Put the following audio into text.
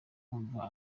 kumva